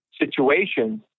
situations